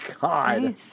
god